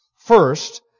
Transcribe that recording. First